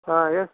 हाँ एक